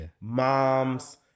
Moms